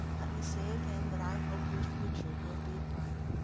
let me say again that i hope your future will be bright.